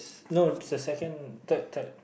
no this the second third third